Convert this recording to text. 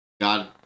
God